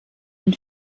den